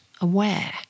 aware